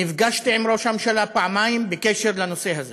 נפגשתי עם ראש הממשלה פעמיים בקשר לנושא הזה